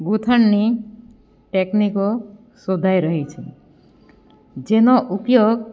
ગૂંથણની ટેકનિકો શોધાઈ રહી છે જેનો ઉપયોગ